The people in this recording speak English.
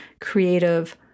creative